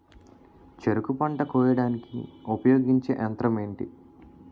చెరుకు పంట కోయడానికి ఉపయోగించే యంత్రం ఎంటి?